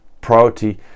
priority